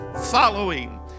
following